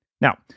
Now